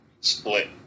split